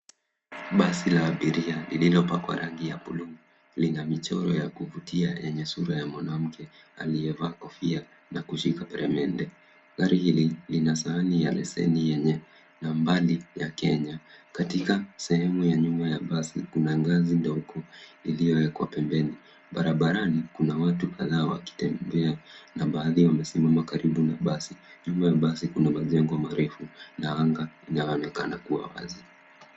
Basi la abiria lililopakwa rangi ya bluu lina michoro ya kuvutia yenye sura ya mwanamke aliyevaa kofia na kushika peremende. Gari hili lina sahani ya leseni yenye nambari ya Kenya. Katika sehemu ya nyuma ya basi, kuna ngazi ndogo iliyowekwa pembeni. Barabarani kuna watu kadhaa wakitembea na baadhi wamesimama karibu na basi. Nyuma ya basi kuna majengo marefu na anga linaonekana kuwa wazi.